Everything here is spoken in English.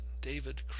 David